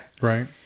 Right